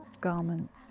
garments